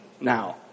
now